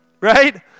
Right